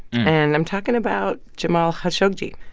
and i'm talking about jamal khashoggi,